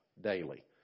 daily